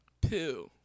pill